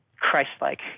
Christ-like